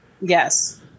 Yes